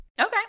Okay